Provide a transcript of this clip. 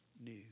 new